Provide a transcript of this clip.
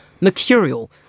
mercurial